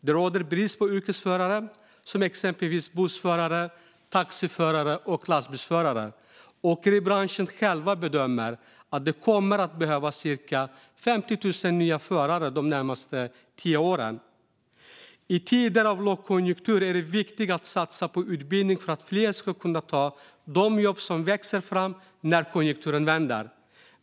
Det råder brist på yrkesförare som exempelvis bussförare, taxiförare och lastbilschaufförer. Åkeribranschen själv bedömer att den kommer att behöva cirka 50 000 nya förare de närmaste tio åren. I tider av lågkonjunktur är det viktigt att satsa på utbildning för att fler ska kunna ta de jobb som växer fram när konjunkturen vänder.